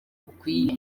bukwiye